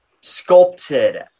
sculpted